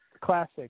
classic